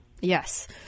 Yes